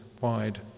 wide